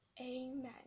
amen